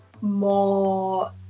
More